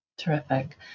Terrific